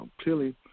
Clearly